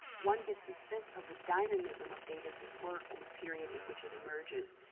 one gets a sense of the dynamism of davis' work in the period in which it emerges.